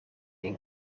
een